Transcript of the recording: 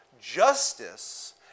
Justice